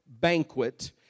banquet